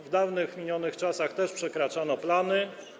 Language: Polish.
W dawnych, minionych czasach też przekraczano plany.